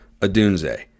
Adunze